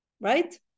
right